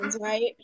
right